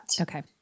Okay